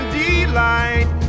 delight